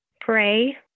pray